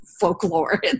folklore